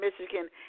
Michigan